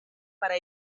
para